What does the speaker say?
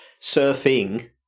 surfing